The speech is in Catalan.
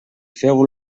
feu